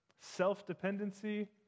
self-dependency